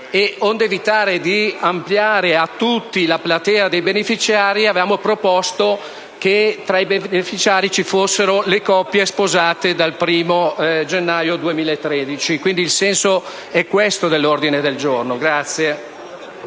onde evitare di ampliare a tutti la platea dei beneficiari, avevamo proposto che tra i beneficiari ci fossero le coppie sposate dal 1º gennaio 2013. Questo eil senso e dell’ordine del giorno. VICARI,